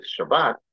Shabbat